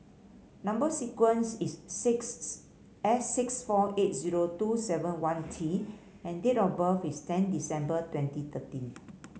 number sequence is sixth S six four eight zero two seven one T and date of birth is ten December twenty thirteen